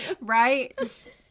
Right